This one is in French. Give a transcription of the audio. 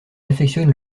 affectionne